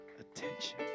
attention